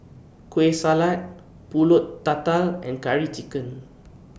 Kueh Salat Pulut Tatal and Curry Chicken